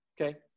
Okay